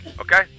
okay